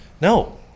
No